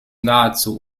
nahezu